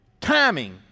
Timing